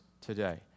today